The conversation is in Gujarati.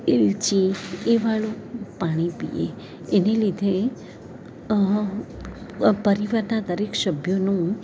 એલચી એ વાળુ પાણી પીએ એની લીધે પરિવારના દરેક સભ્યનું